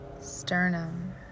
sternum